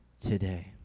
today